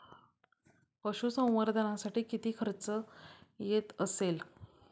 पशुसंवर्धनासाठी किती खर्च येत असेल?